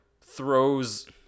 throws